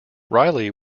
riley